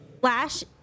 Flash